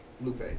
Lupe